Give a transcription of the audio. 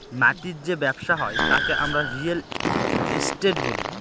মাটির যে ব্যবসা হয় তাকে আমরা রিয়েল এস্টেট বলি